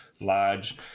large